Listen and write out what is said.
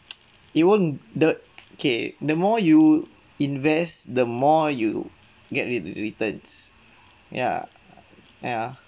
it won't the okay the more you invest the more you get re~ returns ya ya